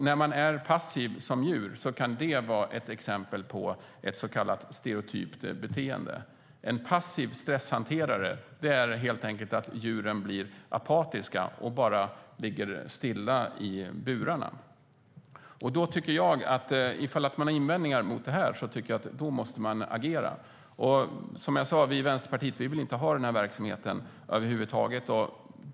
När man är passiv som djur kan det vara ett exempel på ett så kallat stereotypt beteende. En passiv stresshanterare är helt enkelt att djuren blir apatiska och bara ligger stilla i burarna. Ifall man har invändningar mot detta tycker jag att man måste agera. Som jag sa vill vi i Vänsterpartiet inte ha den här verksamheten över huvud taget.